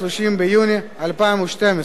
30 ביוני 2012,